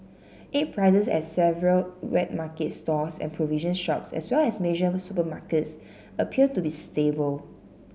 egg prices at several wet market stalls and provision shops as well as major supermarkets appear to be stable